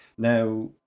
Now